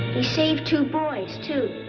he saved two boys, too,